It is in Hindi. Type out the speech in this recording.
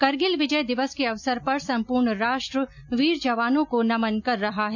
करगिल विजय दिवस के अवसर पर संपूर्ण राष्ट्र वीर जवानों को नमन कर रहा है